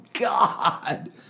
God